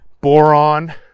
Boron